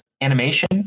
Animation